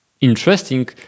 interesting